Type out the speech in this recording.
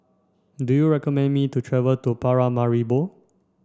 do you recommend me to travel to Paramaribo